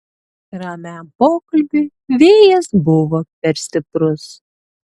ramiam pokalbiui vėjas buvo per stiprus